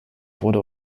wurde